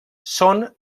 són